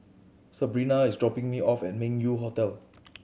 Sebrina is dropping me off at Meng Yew Hotel